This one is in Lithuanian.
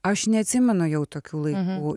aš neatsimenu jau tokių laikų